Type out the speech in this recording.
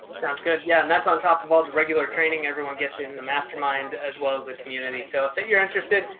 sounds good. yeah. and that's on top of all the regular training, everyone gets in the mastermind as well as the community. so if you're interested,